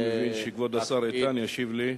אני מבין שכבוד השר איתן ישיב לי.